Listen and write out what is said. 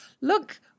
Look